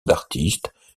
d’artistes